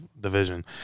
division